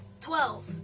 Twelve